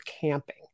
camping